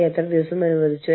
jail അല്ലെങ്കിൽ അടിമവേല